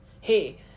Hey